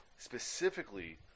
Specifically